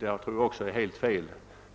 är också helt fel.